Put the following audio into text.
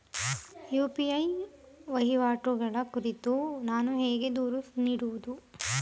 UPI ವಹಿವಾಟುಗಳ ಕುರಿತು ನಾನು ಹೇಗೆ ದೂರು ನೀಡುವುದು?